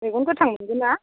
मैगं गोथां मोनगोन ना